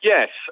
Yes